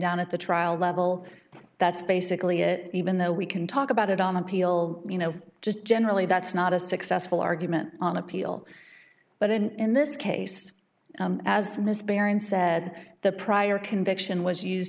down at the trial level that's basically it even though we can talk about it on appeal you know just generally that's not a successful argument on appeal but in in this case as miss baron said the prior conviction was used